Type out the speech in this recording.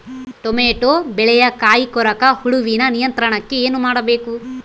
Tomato ಬೆಳೆಯ ಕಾಯಿ ಕೊರಕ ಹುಳುವಿನ ನಿಯಂತ್ರಣಕ್ಕೆ ಏನು ಮಾಡಬೇಕು?